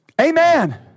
Amen